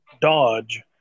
Dodge